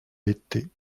l’été